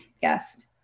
guest